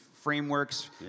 frameworks